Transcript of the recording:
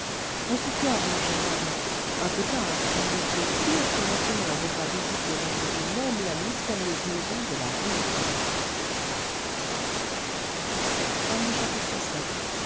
à ce soir mon cher baron un peu tard car je suis sûr que monseigneur voudra visiter aujourd'hui même la mystérieuse maison de la rue du temple